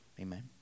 amen